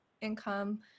income